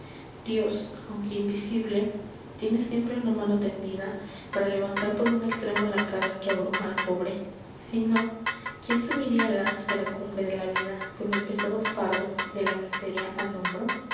dios aunque invisible tiene siempre una mano tendida para levantar por un extremo la carga que abruma al pobre si no quién subiría la áspera cumbre de la vida con el pesado fardo de la miseria al hombro